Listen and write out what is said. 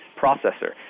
processor